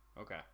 Okay